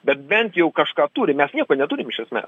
bet bent jau kažką turi mes nieko neturim iš esmės